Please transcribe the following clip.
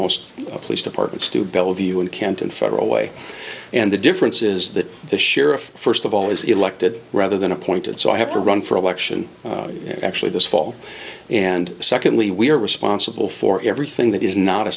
most police departments to bellevue in canton federal way and the difference is that the sheriff first of all is elected rather than appointed so i have to run for election actually this fall and secondly we are responsible for everything that is not a